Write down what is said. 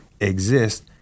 exist